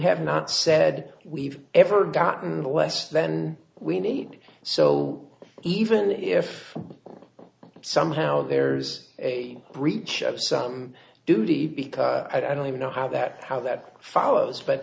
have not said we've ever gotten the west then we need so even if somehow there's a breach of some duty because i don't even know how that how that follows but